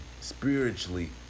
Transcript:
spiritually